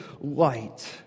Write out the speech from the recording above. light